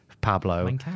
Pablo